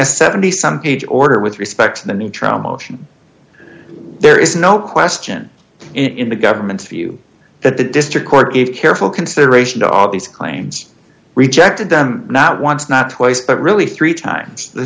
a seventy some page order with respect to the new trial motion there is no question in the government's view that the district court gave careful consideration to all these claims rejected them not once not twice but really three times